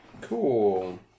Cool